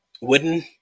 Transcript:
wooden